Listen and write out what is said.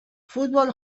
futbol